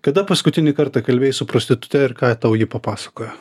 kada paskutinį kartą kalbėjai su prostitute ir ką tau ji papasakojo